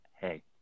Hey